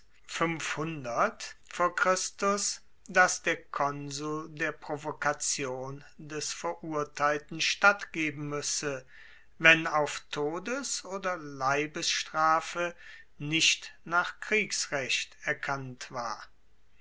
der konsul der provokation des verurteilten stattgeben muesse wenn auf todes oder leibesstrafe nicht nach kriegsrecht erkannt war